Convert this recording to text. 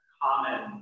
common